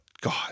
God